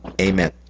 Amen